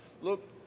Look